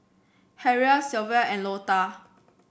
Harrell Sylva and Lota